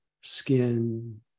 skin